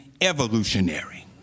Evolutionary